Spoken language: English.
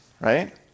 right